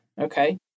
okay